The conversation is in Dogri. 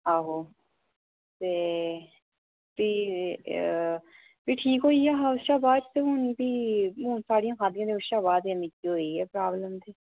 आहो ते फ्ही फ्ही ठीक होई गेआ हा उस शा बाद च ते हुन फ्ही हून साड़ियां खाद्दियां ते उस शा बाद ही मिगी होई प्रॉब्लम